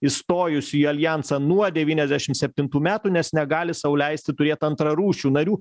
įstojusių į aljansą nuo devyniasdešimt septintų metų nes negali sau leisti turėti antrarūšių narių